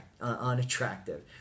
unattractive